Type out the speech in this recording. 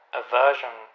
aversion